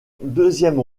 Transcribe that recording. deuxième